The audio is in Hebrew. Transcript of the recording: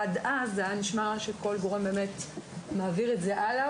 זה היה נשמע שכל גורם מעביר את זה הלאה,